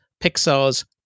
Pixar's